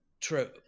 true